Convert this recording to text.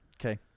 okay